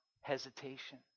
hesitation